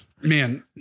man